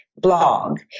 blog